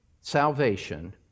salvation